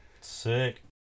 Sick